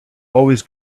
always